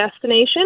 destination